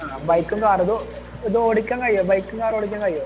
ആ ബൈക്കും കാറും ഇത് ഇതോടിക്കാൻ കഴിയുമോ ബൈക്കും കാറും ഓടിക്കാൻ കഴിയുമോ